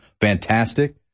Fantastic